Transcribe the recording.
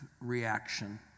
reaction